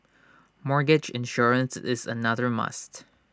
mortgage insurance is another must